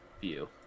View